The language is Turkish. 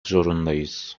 zorundayız